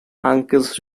uncles